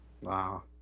Wow